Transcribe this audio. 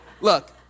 look